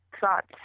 thoughts